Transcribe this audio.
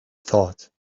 thought